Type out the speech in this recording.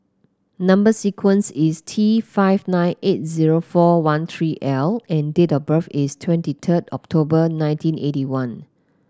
number sequence is T five nine eight zero four one three L and date of birth is twenty third October nineteen eighty one